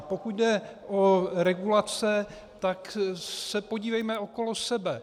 Pokud jde o regulace, tak se podívejme okolo sebe.